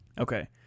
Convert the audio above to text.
Okay